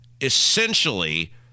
Essentially